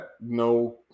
No